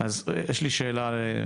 אז יש לי שאלה,